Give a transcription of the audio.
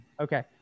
Okay